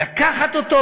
לקחת אותו,